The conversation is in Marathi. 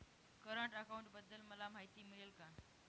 करंट अकाउंटबद्दल मला माहिती मिळेल का?